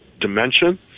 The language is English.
dimension